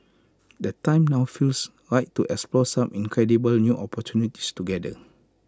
the time now feels right to explore some incredible new opportunities together